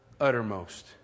uttermost